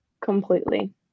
completely